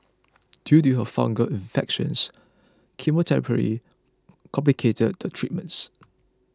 due to her fungal infections chemotherapy complicates the treatments